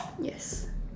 yes